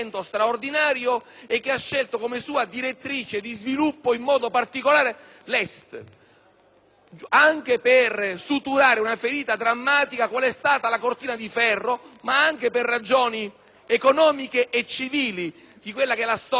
l'Est per suturare una ferita drammatica qual è stata la cortina di ferro, ma anche per ragioni economiche e civili della storia del continente europeo. Oggi l'Europa deve volgere lo sguardo a Sud,